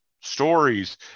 stories